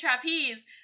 trapeze